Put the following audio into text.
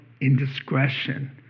indiscretion